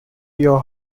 your